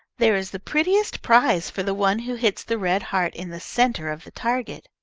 there is the prettiest prize for the one who hits the red heart in the centre of the target.